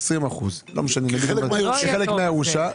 20%. חלק מהירושה.